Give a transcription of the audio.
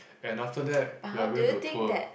and after that we are going to tour